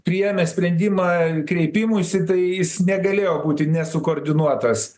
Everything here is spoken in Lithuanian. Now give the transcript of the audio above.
priėmė sprendimą kreipimuisi tai jis negalėjo būti nesukoordinuotas